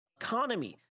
economy